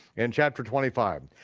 and chapter twenty five.